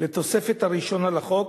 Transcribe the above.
לתוספת הראשונה לחוק,